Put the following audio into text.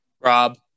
Rob